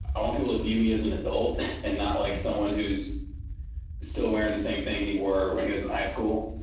i want people to view me as an adult and not like someone who's still wearing the same thing he wore when he was in high school.